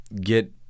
get